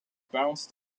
bounced